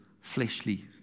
fleshly